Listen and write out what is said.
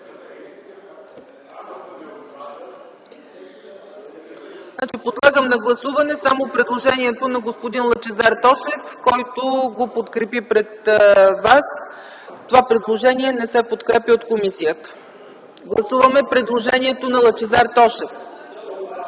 Подлагам на гласуване само предложението на господин Лъчезар Тошев, който го подкрепи пред вас. Това предложение не се подкрепя от комисията. Гласуваме предложението на Лъчезар Тошев.